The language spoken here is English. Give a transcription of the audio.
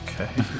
Okay